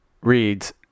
reads